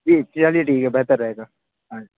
جی چلیے ٹھیک ہے بہتر رہے گا بائے